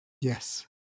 Yes